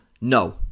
no